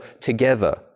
together